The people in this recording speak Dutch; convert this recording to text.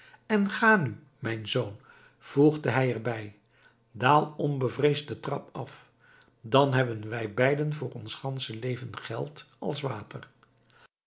en ga nu mijn zoon voegde hij er bij daal onbevreesd den trap af dan hebben wij beiden voor ons gansche leven geld als water